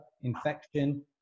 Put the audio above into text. infection